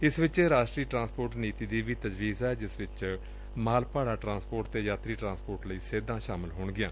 ਇਸ ਵਿਚ ਰਾਸ਼ਟਰੀ ਟਰਾਸਪੋਰਟ ਨੀਡੀ ਦੀ ਵੀ ਤਜਵੀਜ਼ ਏ ਜਿਸ ਵਿਚ ਮਾਲ ਭਾੜਾ ਟਰਾਂਸਪੋਰਟ ਅਤੇ ਯਾਤਰੀ ਟਰਾਂਸਪੋਰਟ ਲਈ ਸੇਧਾਂ ਸ਼ਾਮਲ ਹੋਣਗੀਆਂ